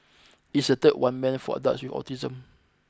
it is the third one meant for adults with autism